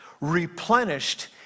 replenished